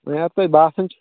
وۄنۍ اگر تۄہہِ باسان چھ